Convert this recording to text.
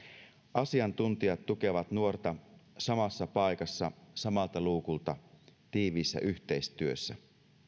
asiantuntijat tukevat nuorta samassa paikassa samalta luukulta tiiviissä yhteistyössä